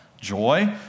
joy